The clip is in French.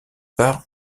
par